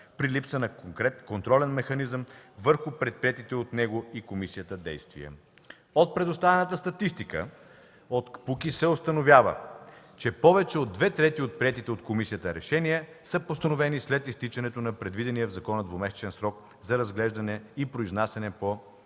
при липсата на контролен механизъм върху предприетите от него и комисията действия. От предоставената от КПУКИ се установява, че повече от две трети от приетите от КПУКИ решения са постановени след изтичане на предвидения в закона двумесечен срок за разглеждане и произнасяне по